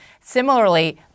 similarly